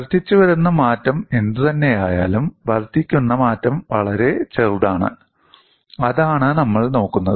വർദ്ധിച്ചുവരുന്ന മാറ്റം എന്തുതന്നെയായാലും വർദ്ധിക്കുന്ന മാറ്റം വളരെ ചെറുതാണ് അതാണ് നമ്മൾ നോക്കുന്നത്